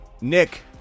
Nick